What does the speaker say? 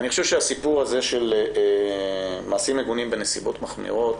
אני חושב שהסיפור הזה של מעשים מגונים בנסיבות מחמירות